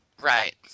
right